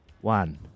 one